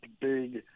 big